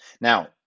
Now